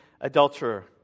Adulterer